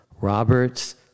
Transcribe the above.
Roberts